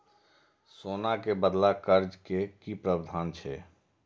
सोना के बदला कर्ज के कि प्रावधान छै?